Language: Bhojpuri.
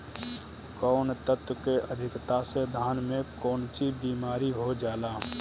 कौन तत्व के अधिकता से धान में कोनची बीमारी हो जाला?